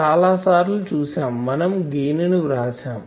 చాలా సార్లు చూసాం మనం గెయిన్ ని వ్రాసాము